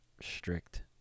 strict